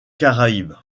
caraïbes